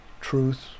Truth